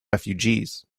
refugees